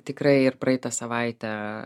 tikrai ir praeitą savaitę